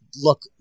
look